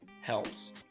helps